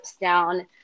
down